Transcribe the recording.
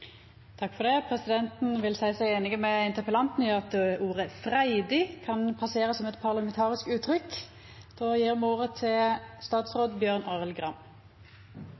Presidenten vil seia seg einig med interpellanten i at ordet «freidig» kan passera som eit parlamentarisk uttrykk.